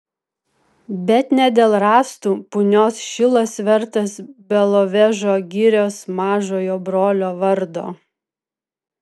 bet ne dėl rąstų punios šilas vertas belovežo girios mažojo brolio vardo